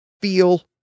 feel